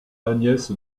agnès